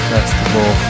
Festival